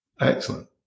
Excellent